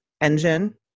engine